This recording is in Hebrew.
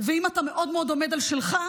אם אתה מאוד מאוד עומד על שלך,